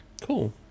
cool